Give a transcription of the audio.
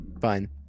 Fine